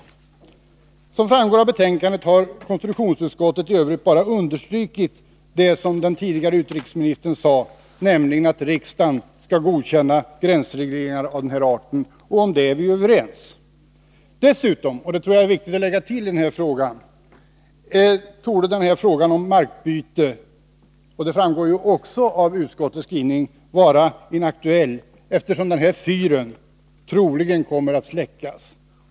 43 Som framgår av betänkandet har konstitutionsutskottet i övrigt bara understrukit det som den tidigare utrikesministern sagt, nämligen att riksdagen skall godkänna gränsregleringar av denna art. Om detta är vi överens. Dessutom, och det tror jag är viktigt att tillägga i denna fråga, torde frågan om eventuellt markbyte, vilket också framgår av utskottets skrivning, vara inaktuell eftersom fyren troligen kommer att släckas.